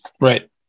Right